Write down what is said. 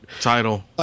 Title